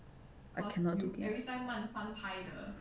I cannot do it